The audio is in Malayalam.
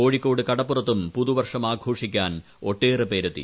കോഴിക്കോട് കടപ്പുറത്തും പുതുവർഷം ആഘോഷിക്കാൻ ഒട്ടേറെപ്പേരെത്തി